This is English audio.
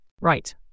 Right